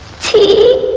tea